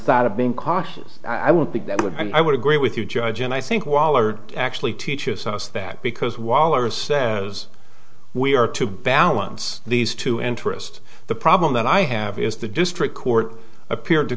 side of being cautious i don't think that would i would agree with you judge and i think we all are actually teaches us that because waller says we are to balance these two interest the problem that i have is the district court appeared to